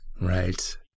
Right